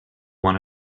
one